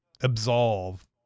absolve